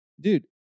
Dude